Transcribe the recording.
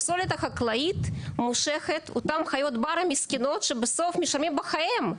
הפסולת החקלאית מושכת אותן חיות בר המסכנות שבסוף משלמים בחיים,